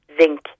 zinc